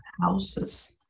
houses